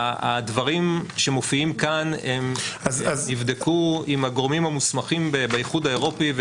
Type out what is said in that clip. הדברים שמופיעים כאן הם נבדקו עם הגורמים המוסמכים באיחוד האירופי,